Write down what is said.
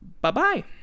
bye-bye